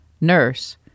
nurse